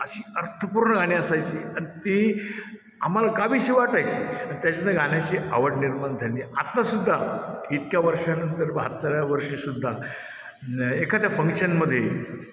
अशी अर्थपूर्ण गाणी असायची आणि ती आम्हाला गाविशी वाटायची आणि त्याच्यानं गाण्याची आवड निर्माण झाली आत्तासुद्धा इतक्या वर्षानंतर बाहत्तराव्या वर्षीसुद्धा न एखाद्या फंक्शनमध्ये